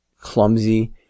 clumsy